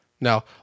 Now